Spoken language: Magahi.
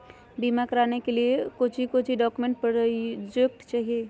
बीमा कराने के लिए कोच्चि कोच्चि डॉक्यूमेंट प्रोजेक्ट चाहिए?